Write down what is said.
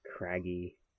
Craggy